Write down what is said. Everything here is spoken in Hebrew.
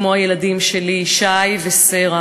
עשתה את הכול, הכול כמו שהורו לה אנשי המקצוע.